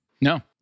No